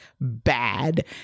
bad